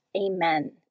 Amen